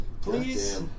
Please